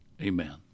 Amen